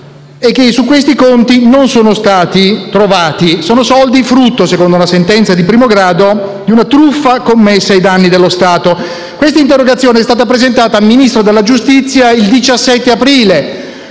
e che su questi conti non sono stati trovati. Sono soldi frutto - secondo una sentenza di primo grado - di una truffa commessa ai danni dello Stato. Questa interrogazione è stata presentata al Ministro della giustizia il 17 aprile;